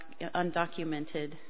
undocumented